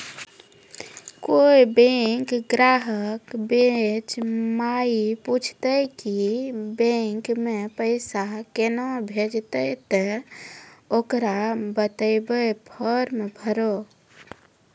कोय बैंक ग्राहक बेंच माई पुछते की बैंक मे पेसा केना भेजेते ते ओकरा बताइबै फॉर्म भरो